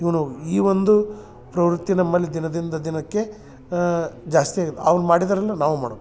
ನೀನು ಹೋಗು ಈ ಒಂದು ಪ್ರವೃತ್ತಿ ನಮ್ಮಲ್ಲಿ ದಿನದಿಂದ ದಿನಕ್ಕೆ ಜಾಸ್ತಿ ಆಗ್ಯದ ಅವ್ನ ಮಾಡಿದರಿಂದ ನಾವು ಮಾಡ್ಬೇಕು